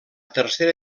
tercera